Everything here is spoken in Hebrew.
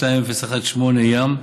ים/45/2018,